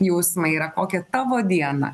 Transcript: jausmai yra kokia tavo diena